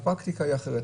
הפרקטיקה היא אחרת,